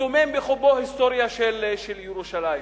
וטומן בחובו היסטוריה של ירושלים,